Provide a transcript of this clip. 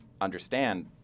understand